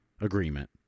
agreement